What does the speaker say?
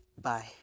Bye